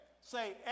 Say